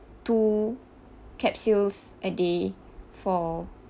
two capsules a day for